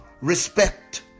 respect